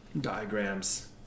diagrams